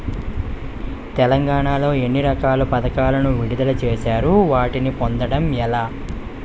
తెలంగాణ లో ఎన్ని రకాల పథకాలను విడుదల చేశారు? వాటిని పొందడం ఎలా?